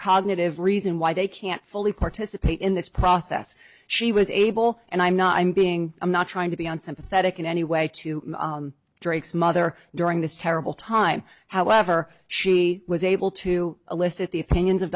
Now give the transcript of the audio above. cognitive reason why they can't fully participate in this process she was able and i'm not i'm being i'm not trying to be unsympathetic in any way to drake's mother during this terrible time however she was able to elicit the opinions of